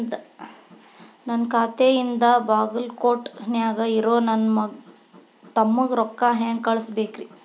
ನನ್ನ ಖಾತೆಯಿಂದ ಬಾಗಲ್ಕೋಟ್ ನ್ಯಾಗ್ ಇರೋ ನನ್ನ ತಮ್ಮಗ ರೊಕ್ಕ ಹೆಂಗ್ ಕಳಸಬೇಕ್ರಿ?